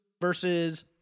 versus